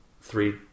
three